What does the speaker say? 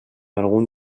algun